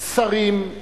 שרים,